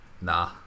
nah